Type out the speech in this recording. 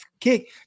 kick